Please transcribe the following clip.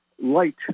light